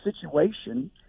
situation